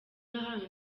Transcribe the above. yahawe